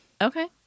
Okay